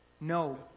no